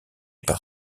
par